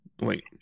Wait